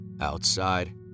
Outside